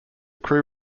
crew